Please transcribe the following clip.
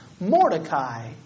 Mordecai